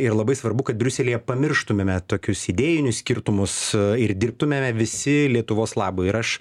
ir labai svarbu kad briuselyje pamirštumėme tokius idėjinius skirtumus ir dirbtumėme visi lietuvos labui ir aš